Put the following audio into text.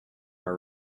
are